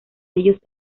ellos